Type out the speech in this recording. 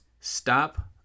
Stop